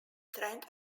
trend